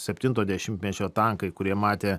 septinto dešimtmečio tankai kurie matė